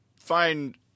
find